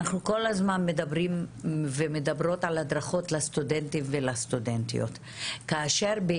אנחנו כל הזמן מדברים על הדרכות לסטודנטים ולסטודנטיות כשבעיניי